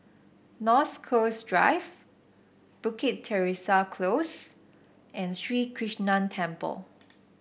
North Coast Drive Bukit Teresa Close and Sri Krishnan Temple